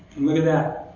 look at that.